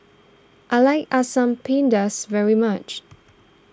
I like Asam Pedas very much